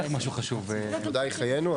העבודה היא חיינו,